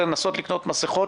לנסות לקנות מסיכות,